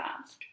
ask